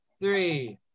three